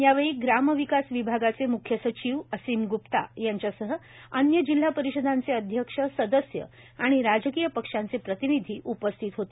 यावेळी ग्राम विकास विभागाचे मुख्य सचिव असिम ग्प्ता यांच्यासह अन्य जिल्हा परिषदांचे अध्यक्ष सदस्य आणि राजकीय पक्षांचे प्रतिनिधी उपस्थित होते